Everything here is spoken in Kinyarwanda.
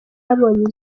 yabonye